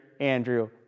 Andrew